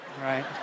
right